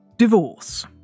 divorce